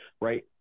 right